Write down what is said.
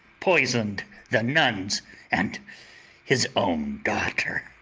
poisoned the nuns and his own daughter.